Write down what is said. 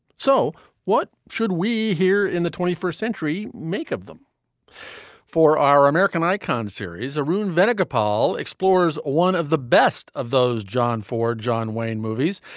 so what should we here in the twenty first century make of them for our american icons series arun venugopal explores one of the best of those john for john wayne movies.